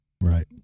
right